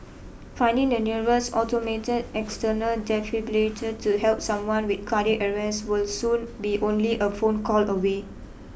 finding the nearest automate external defibrillator to help someone with cardiac arrest will soon be only a phone call away